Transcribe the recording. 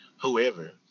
whoever